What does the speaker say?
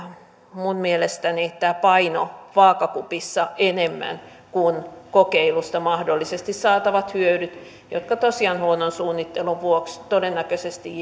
minun mielestäni tämä painoi vaakakupissa enemmän kuin kokeilusta mahdollisesti saatavat hyödyt jotka tosiaan huonon suunnittelun vuoksi todennäköisesti